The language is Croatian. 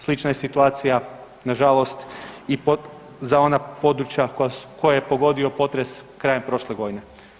Slična je situacija na žalost i za ona područja koje je pogodio potres krajem prošle godine.